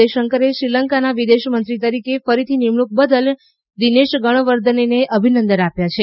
જયશંકરે શ્રીલંકાના વિદેશ મંત્રી તરીકે ફરીથી નિમણૂક બદલ દિનેશ ગણવર્દનેને અભિનંદન આપ્યા છે